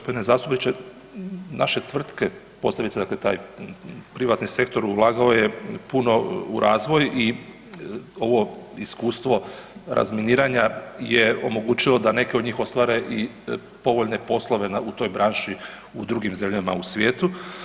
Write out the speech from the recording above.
Poštovani g. zastupniče, naše tvrtke posebice dakle taj privatni sektor ulagao je puno u razvoj i ovo iskustvo razminiranja je omogućilo da neke od njih ostvare i povoljne poslove u toj branši u drugim zemljama u svijetu.